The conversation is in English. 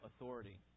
authority